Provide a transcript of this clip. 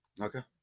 Okay